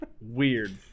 Weird